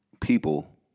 people